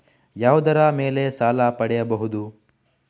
ಯಾವುದರ ಮೇಲೆ ಸಾಲ ಪಡೆಯಬಹುದು?